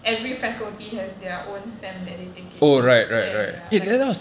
every faculty has their own sem that they taking ya ya ya like